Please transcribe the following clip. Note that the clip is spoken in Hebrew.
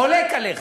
חולק עליך.